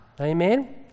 Amen